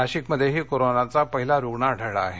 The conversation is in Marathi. नाशिकमध्येही कोरोनाचा पहिला रुग्ण आढळला आहे